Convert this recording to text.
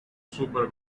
súper